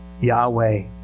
Yahweh